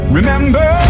Remember